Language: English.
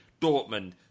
Dortmund